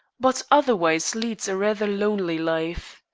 but otherwise leads a rather lonely life.